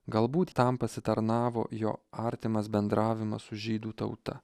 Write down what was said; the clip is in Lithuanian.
galbūt tam pasitarnavo jo artimas bendravimas su žydų tauta